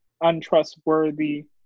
untrustworthy